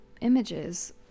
images